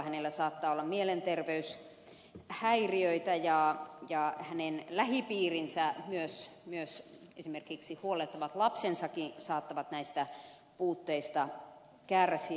hänellä saattaa olla mielenterveyshäiriöitä ja hänen lähipiirinsä myös esimerkiksi huolettavat lapsensakin saattavat näistä puutteista kärsiä